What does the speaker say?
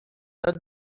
przed